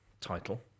title